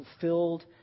fulfilled